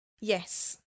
Yes